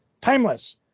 Timeless